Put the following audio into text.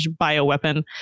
bioweapon